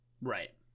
Right